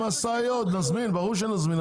ברור שנזמין -- ברור שנזמין.